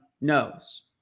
knows